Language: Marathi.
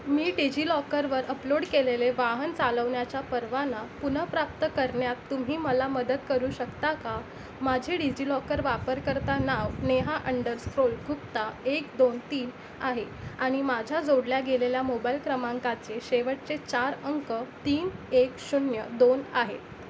मी डिजि लॉकरवर अपलोड केलेले वाहन चालवण्याच्या परवाना पुनर्प्राप्त करण्यात तुम्ही मला मदत करू शकता का माझे डिजि लॉकर वापरकर्ता नाव नेहा अंडर स्क्रोल गुप्ता एक दोन तीन आहे आणि माझ्या जोडल्या गेलेल्या मोबाईल क्रमांकाचे शेवटचे चार अंक तीन एक शून्य दोन आहेत